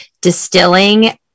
distilling